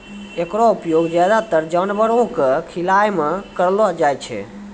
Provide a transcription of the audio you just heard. एकरो उपयोग ज्यादातर जानवरो क खिलाय म करलो जाय छै